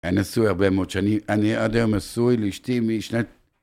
‫אני נשוי הרבה מאוד שנים, ‫אני עד היום נשוי לאשתי משנת